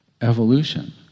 evolution